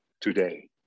today